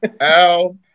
Al